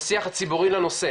הציבורי לנושא,